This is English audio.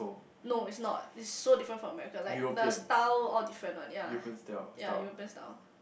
no is not is so different from America like the style all different one yea yea you best style